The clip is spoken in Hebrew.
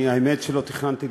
חבר הכנסת חיים ילין, בבקשה.